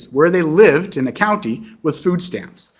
where they lived in the county with food stamps.